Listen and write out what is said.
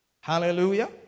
Hallelujah